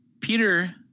Peter